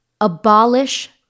Abolish